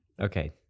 Okay